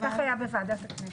אבל --- כך היה בוועדת הכנסת,